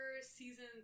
season